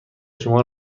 شما